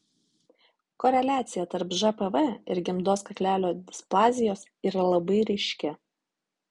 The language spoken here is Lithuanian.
koreliacija tarp žpv ir gimdos kaklelio displazijos yra labai ryški